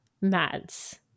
Mads